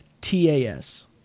TAS